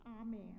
Amen